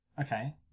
okay